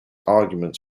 arguments